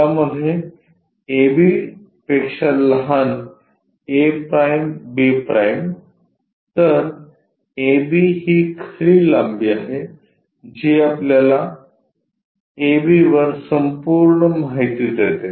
त्यामध्ये ab पेक्षा लहान a'b' तर ab ही खरी लांबी आहे जी आपल्याला ab वर संपूर्ण माहिती देते